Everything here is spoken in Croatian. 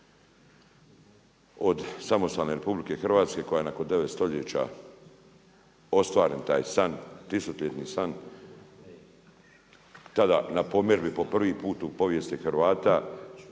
od samostalne RH koja je nakon 9 stoljeća ostvari taj san tisućljetni san tada na pomirbi po prvi put u povijesti Hrvata